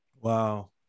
Wow